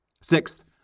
Sixth